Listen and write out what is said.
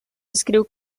descriu